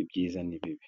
ibyiza n'ibibi.